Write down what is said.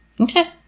Okay